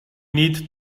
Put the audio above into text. need